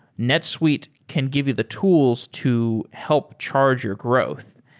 netsuite can give you the tools to help charge your growth.